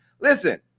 Listen